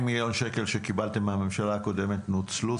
מיליון שקל שקיבלתם מהממשלה הקודמת נוצלו?